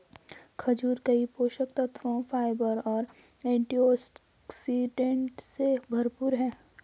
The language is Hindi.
खजूर कई पोषक तत्वों, फाइबर और एंटीऑक्सीडेंट से भरपूर होते हैं